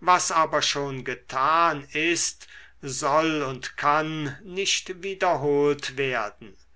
was aber schon getan ist soll und kann nicht wiederholt werden